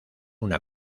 una